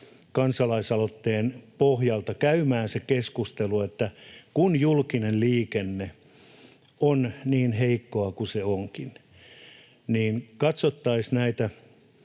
kansalaisaloitteen pohjalta käymään se keskustelu, että kun julkinen liikenne on niin heikkoa kuin se onkin, niin katsottaisiin